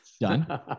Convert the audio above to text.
done